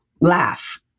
laugh